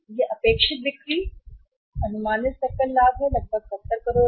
ये अपेक्षित बिक्री और अनुमानित अनुमानित सकल हैं लाभ लगभग 70 करोड़ है 70 करोड़ है